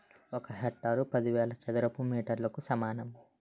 ఒక హెక్టారు పదివేల చదరపు మీటర్లకు సమానం